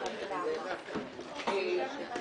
בשעה